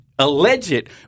alleged